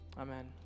Amen